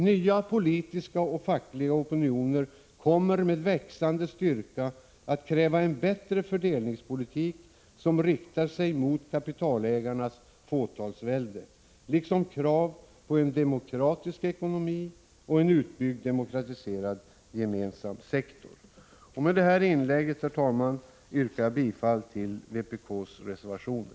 Nya politiska och fackliga opinioner kommer med växande styrka att kräva en bättre fördelningspolitik som riktar sig mot kapitalägarnas fåtalsvälde, liksom att kräva en demokra tisk ekonomi och en utbyggd, demokratiserad gemensam sektor. Med det här inlägget, herr talman, yrkar jag bifall till vpk:s reservationer.